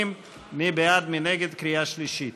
עם חברי הוועדה, מקווים לתוצאות